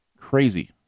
crazy